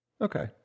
Okay